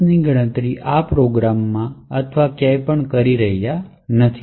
ની ગણતરી આ પ્રોગ્રામમાં અથવા ક્યાંય પણ કરી રહ્યા નથી